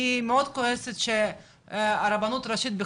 אני מאוד כועסת שהרבנות הראשית,